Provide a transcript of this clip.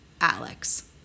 Alex